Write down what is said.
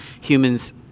Humans